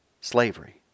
slavery